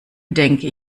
denke